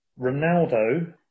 Ronaldo